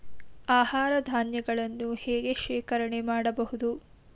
ಆಹಾರ ಧಾನ್ಯಗಳನ್ನು ಹೇಗೆ ಶೇಖರಣೆ ಮಾಡಬಹುದು?